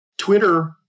Twitter